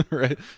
right